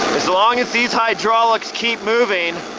as long as these hydraulics keep moving,